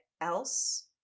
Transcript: else